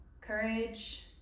courage